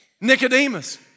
Nicodemus